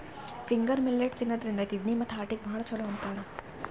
finger millet ತಿನ್ನದ್ರಿನ್ದ kidney ಮತ್ತ್ ಹಾರ್ಟಿಗ್ ಭಾಳ್ ಛಲೋ ಅಂತಾರ್